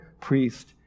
priest